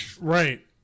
right